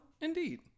Indeed